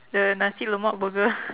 the nasi-lemak burger